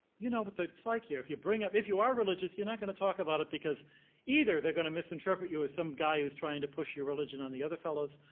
you know but what it's like here, if you bring up if you are religious, you're not going to talk about it because either they're going to misinterpret you as some guy who's trying to push your religion on the other fellows,